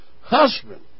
husband